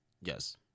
Yes